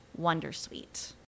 wondersuite